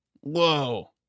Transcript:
Whoa